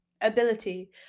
ability